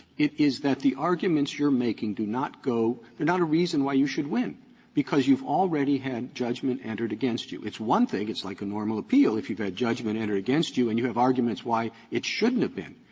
it is that the arguments you're making do not go they're not a reason why you should win because you've already had judgment entered against you. it's one thing it's like a normal appeal, if you've got a judgment entered against you and you have arguments why it shouldn't have been.